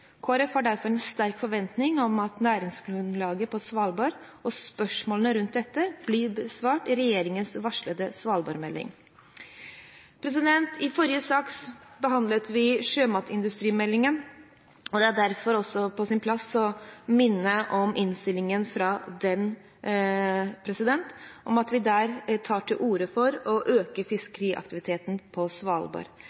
har derfor en sterk forventning om at næringsgrunnlaget på Svalbard og spørsmålene rundt dette blir besvart i regjeringens varslede svalbardmelding. I forrige sak behandlet vi sjømatindustrimeldingen, og det er derfor også på sin plass å minne om innstillingen fra den, der det tas til orde for å øke